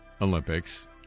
Olympics